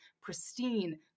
pristine